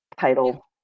title